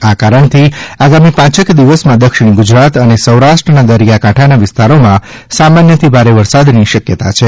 આ કારણથી આગામી પાંચેક દિવસમાં દક્ષિણ ગુજરાત અને સૌરાષ્ટ્રના દરિયાકાંઠાના વિસ્તારોમાં સામાન્યથી ભારે વરસાદની શક્યતા છે